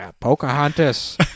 Pocahontas